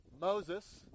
Moses